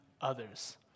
others